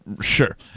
Sure